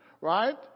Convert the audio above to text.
right